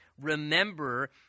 remember